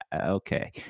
Okay